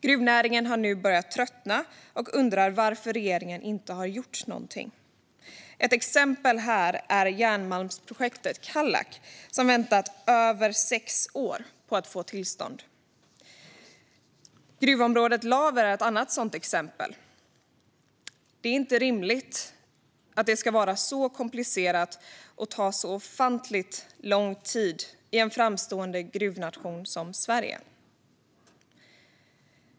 Gruvnäringen har nu börjat tröttna och undrar varför regeringen inte har gjort någonting. Ett exempel är järnmalmsprojektet Kallak, som har väntat i över sex år på att få tillstånd. Gruvområdet Laver är ett annat exempel. Det är inte rimligt att detta ska vara så komplicerat och ta så ofantligt lång tid i en framstående gruvnation som Sverige.